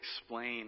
explain